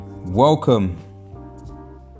welcome